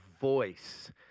voice